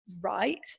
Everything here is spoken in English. right